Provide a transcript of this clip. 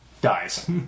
Dies